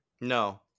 no